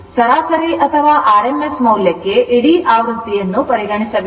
ಸರಾಸರಿ ಅಥವಾ rms ಮೌಲ್ಯಕ್ಕೆ ಇಡೀ ಆವೃತ್ತಿಯನ್ನು ಪರಿಗಣಿಸಬೇಕು